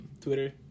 Twitter